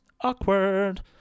awkward